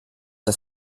das